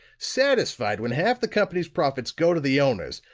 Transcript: satisfied, when half the company's profits go to the owners,